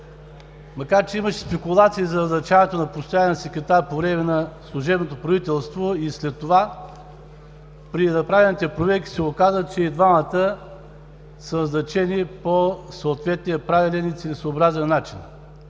Макар че имаше спекулации за назначаването на постоянен секретар по време на служебното правителство и след това, при направените проверки се оказа, че и двамата са назначени по съответния правилен и целесъобразен начин.